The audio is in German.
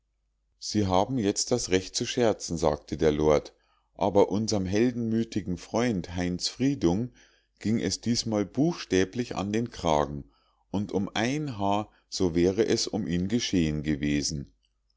sie haben jetzt das recht zu scherzen sagte der lord aber unserm heldenmütigen freund heinz friedung ging es diesmal buchstäblich an den kragen und um ein haar so wäre es um ihn geschehen gewesen